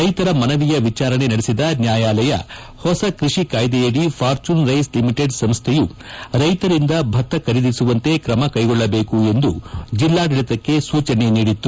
ರೈತರ ಮನವಿಯ ವಿಚಾರಣೆ ನಡೆಸಿದ ನ್ಯಾಯಾಲಯ ಹೊಸ ಕೃಷಿ ಕಾಯ್ದೆಯಡಿ ಫಾರ್ಚುನ್ ರೈಸ್ ಲಿಮಿಟೆಡ್ ಸಂಸ್ಥೆಯು ರೈತರಿದ ಭತ್ತ ಖರೀದಿಸುವಂತೆ ಕ್ರಮ ಕೈಗೊಳ್ಳಬೇಕು ಎಂದು ಜಿಲ್ಲಾಡಳಿತಕ್ಕೆ ಸೂಚನೆ ನೀಡಿತ್ತು